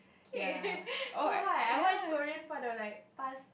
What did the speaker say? okay so high why Korean part of like pass